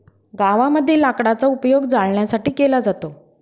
गावामध्ये लाकडाचा उपयोग जळणासाठी केला जातो